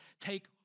take